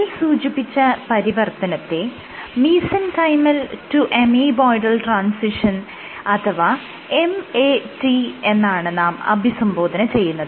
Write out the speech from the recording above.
മേൽ സൂചിപ്പിച്ച പരിവർത്തനത്തെ മീസെൻകൈമൽ ടു അമീബോയ്ഡൽ ട്രാൻസിഷൻ അഥവാ MAT എന്നാണ് നാം അഭിസംബോധന ചെയ്യുന്നത്